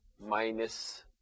minus